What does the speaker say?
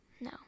No